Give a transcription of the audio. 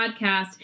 podcast